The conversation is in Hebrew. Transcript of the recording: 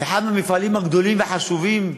אחד המפעלים הגדולים והחשובים,